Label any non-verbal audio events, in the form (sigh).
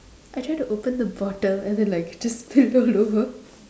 I try to open the bottle and then like it just spilled all over (laughs)